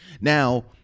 Now